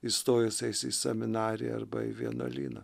įstojusiais į seminariją arba į vienuolyną